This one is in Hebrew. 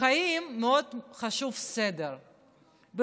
בחיים מאוד חשוב סדר,